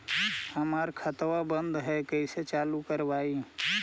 हमर खतवा बंद है कैसे चालु करवाई?